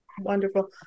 Wonderful